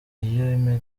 iyo